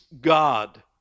God